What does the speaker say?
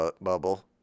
bubble